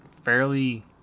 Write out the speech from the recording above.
fairly